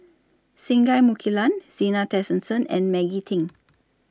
Singai Mukilan Zena Tessensohn and Maggie Teng